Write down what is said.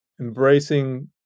embracing